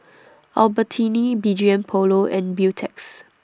Albertini B G M Polo and Beautex